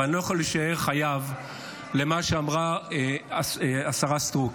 אבל אני לא יכול להישאר חייב על מה שאמרה השרה סטרוק.